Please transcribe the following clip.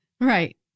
Right